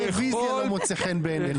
גם רוויזיה לא מוצאת חן בעיניך.